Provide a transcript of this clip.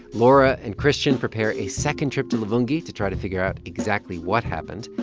laura and christian prepare a second trip to luvungi to try to figure out exactly what happened.